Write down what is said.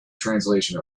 translation